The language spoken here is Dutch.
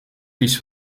vies